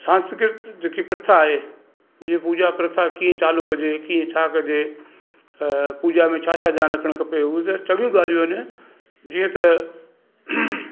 सांस्कृत जे की प्रथा आहे जीअं पूॼा प्रथा कीअं चालू कजे कीअं छा कजे पूॼा में छा छा ध्यानु रखण खपे हू त चङियूं ॻाल्हियूं आहिनि जीअं त